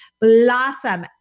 blossom